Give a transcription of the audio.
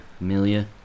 Amelia